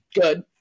good